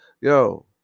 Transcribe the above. Yo